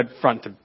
front